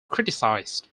criticised